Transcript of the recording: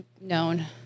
known